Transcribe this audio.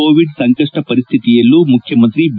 Covid ಸಂಕಷ್ನ ಪರಿಸ್ತಿತಿಯಲ್ಲೂ ಮುಖ್ಯಮಂತ್ರಿ ಬಿ